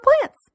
plants